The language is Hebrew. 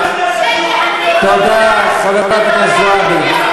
תודה, חברת הכנסת זועבי.